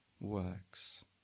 works